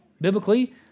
biblically